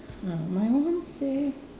ah my one say